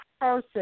person